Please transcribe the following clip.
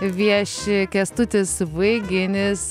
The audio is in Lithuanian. vieši kęstutis vaiginis